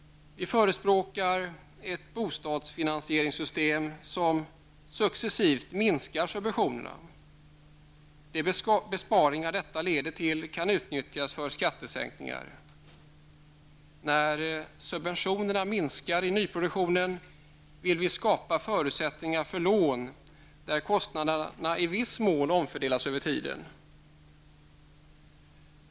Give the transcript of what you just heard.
Vi förespråkar ett bostadsfinansieringssystem som successivt minskar subventionerna. De besparingar detta leder till kan utnyttjas för skattesänkningar. När subventionerna minskar i nyproduktionen vill vi skapa förutsättningar för ån, där kostnaderna i viss mån omfördelas över tiden.